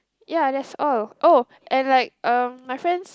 ya that's all oh and like uh my friends